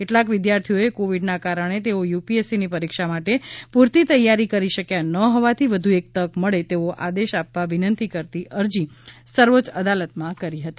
કેટલાક વિદ્યાર્થીઓએ કોવિડના કારણે તેઓ યુપીએસસીની પરીક્ષા માટે પૂરતી તૈયારી કરી શકયા ન હોવાથી વધુ એક તક મળે તેવો આદેશ આપવા વિનંતી કરતી અરજી સર્વોચ્ય અદાલતમાં કરી હતી